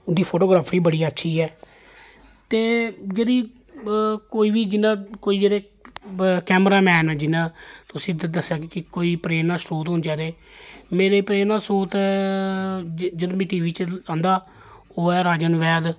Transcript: उं'दी फोटोग्राफी बड़ी अच्छी ऐ ते जेह्ड़ी कोई बी जियां कोई जेह्ड़े कैमरा मैन न जियां तुस इद्धर दस्से दा कि कोई प्ररेना स्रोत होने चाहिदे मेरे प्रेरना स्रोत जिनें मी टी वी च आंदा ओह् ऐ राजन बैध